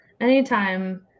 Anytime